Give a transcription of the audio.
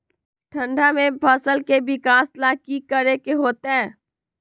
ठंडा में फसल के विकास ला की करे के होतै?